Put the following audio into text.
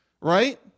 right